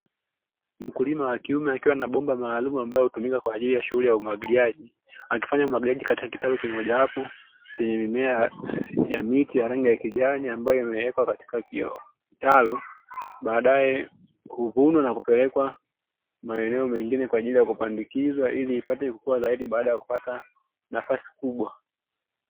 Mkulima wakiume akiwa na bomba maalumu, ambalo hutumika kwa ajili ya shughuli ya umwagiliaji, akifanya umwagiliaji katika kitalu kimoja wapo chenye mimea ya miti ya rangi ya kijani ambayo imewekwa katika hicho kitalu, baadae huvunwa na kupelekwa maeneo mengine kwa ajili ya kupandikizwa ili ipate kukua zaidi baada ya kupata nafasi kubwa.